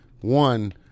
one—